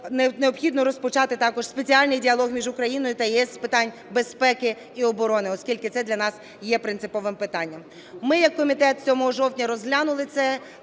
необхідно розпочати також спеціальний діалог між Україною та ЄС з питань безпеки і оборони, оскільки це для нас є принциповим питанням. Ми, як комітет, 7 жовтня розглянули цей